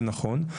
זה נכון,